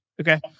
Okay